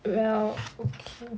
well okay